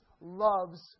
loves